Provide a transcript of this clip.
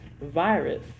virus